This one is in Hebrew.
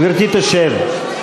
גברתי תשב.